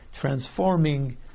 transforming